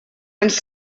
ens